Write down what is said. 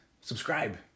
subscribe